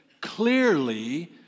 Clearly